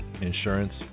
insurance